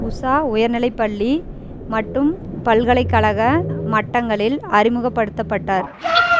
உஷா உயர்நிலை பள்ளி மற்றும் பல்கலைக்கழக மட்டங்களில் அறிமுகப்படுத்தப்பட்டார்